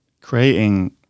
creating